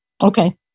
Okay